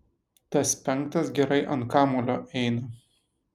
tas penktas gerai ant kamuolio eina